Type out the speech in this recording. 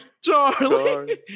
Charlie